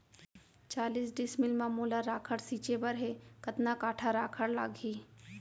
चालीस डिसमिल म मोला राखड़ छिंचे बर हे कतका काठा राखड़ लागही?